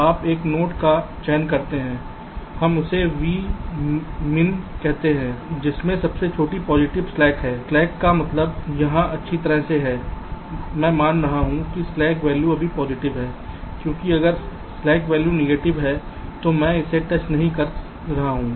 आप एक नोड का चयन करते हैं हम इसे v min कहते हैं जिसमें सबसे छोटी पॉजिटिव स्लैक है स्लैक का मतलब यहां अच्छी तरह से है मैं मान रहा हूं कि स्लैक वैल्यू सभी पॉजिटिव हैं क्योंकि अगर स्लैक वैल्यू नेगेटिव है तो मैं उसे टच नहीं कर रहा हूं